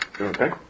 Okay